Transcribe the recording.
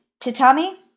Tatami